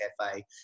cafe